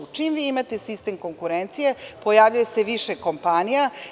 Čim vi imate sistem konkurencije pojavljuje se više kompanija.